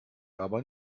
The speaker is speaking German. aber